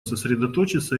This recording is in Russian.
сосредоточиться